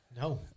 No